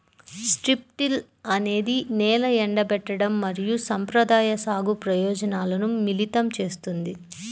strip till అనేది నేల ఎండబెట్టడం మరియు సంప్రదాయ సాగు ప్రయోజనాలను మిళితం చేస్తుంది